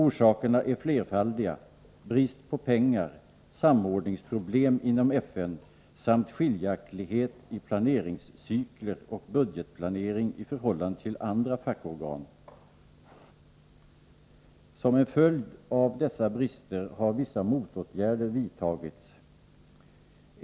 Orsakerna är flera: brist på pengar, samordningsproblem inom FN samt skiljaktighet i planeringscykler och budgetplanering i förhållande till andra fackorgan. Som en följd av dessa brister har vissa motåtgärder vidtagits.